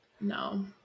No